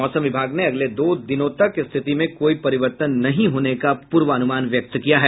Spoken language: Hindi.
मौसम विभाग ने अगले दो दिनों तक स्थिति में कोई परिवर्तन नहीं होने का पूर्वानुमान व्यक्त किया है